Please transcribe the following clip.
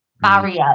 barrier